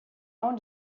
own